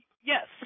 Yes